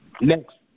next